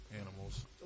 animals